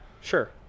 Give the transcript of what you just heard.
sure